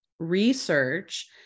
research